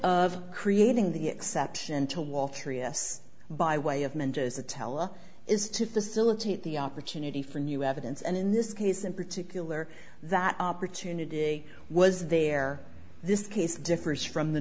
of creating the exception to a wall three s by way of meant as a tele is to facilitate the opportunity for new evidence and in this case in particular that opportunity was there this case differs from the